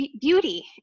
beauty